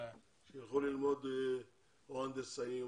שייתנו להם